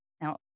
Now